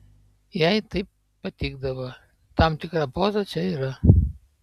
jai taip patikdavo tam tikra poza čia yra